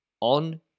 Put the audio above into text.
on